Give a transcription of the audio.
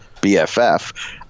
BFF